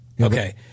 Okay